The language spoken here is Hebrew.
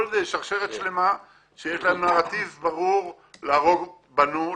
זו שרשרת שלמה שיש לה נרטיב ברור להרוג בנו,